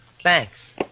Thanks